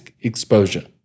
exposure